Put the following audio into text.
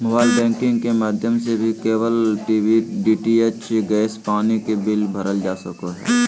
mobile banking के माध्यम से भी केबल टी.वी, डी.टी.एच, गैस, पानी के बिल भरल जा सको हय